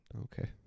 Okay